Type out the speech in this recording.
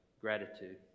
gratitude